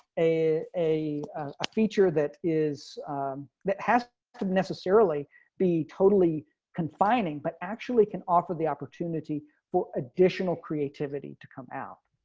a a feature that is that has to necessarily be totally confining but actually can offer the opportunity for additional creativity to come out.